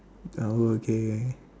our okay